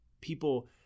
People